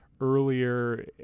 earlier